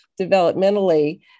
developmentally